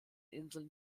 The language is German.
inseln